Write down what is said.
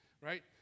Right